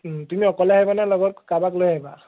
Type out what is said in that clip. তুমি অকলে আহিবা নে অলপ কাৰোবাক লৈ আহিবা